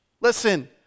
Listen